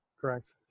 Correct